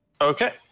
Okay